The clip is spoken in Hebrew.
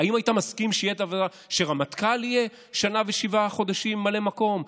האם היית מסכים שרמטכ"ל יהיה שנה ושבעה חודשים ממלא מקום?